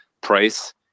price